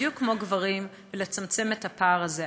בדיוק כמו גברים, לצמצם את הפער הזה.